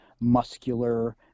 muscular